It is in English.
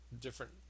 different